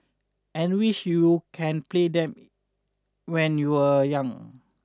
and wish you can play them when you were young